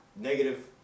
negative